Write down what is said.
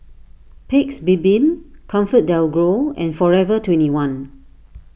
Paik's Bibim ComfortDelGro and forever twenty one